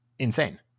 insane